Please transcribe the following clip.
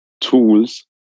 tools